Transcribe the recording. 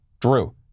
Drew